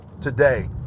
today